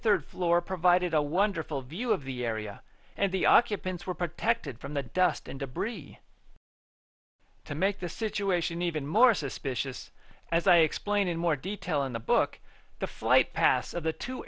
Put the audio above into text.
third floor provided a wonderful view of the area and the occupants were protected from the dust and debris to make the situation even more suspicious as i explain in more detail in the book the flight path of the two